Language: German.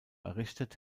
errichtet